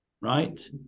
right